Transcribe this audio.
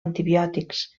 antibiòtics